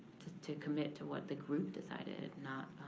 to to commit to what the group decided, not